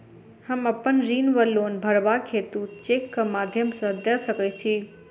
हम अप्पन ऋण वा लोन भरबाक हेतु चेकक माध्यम सँ दऽ सकै छी?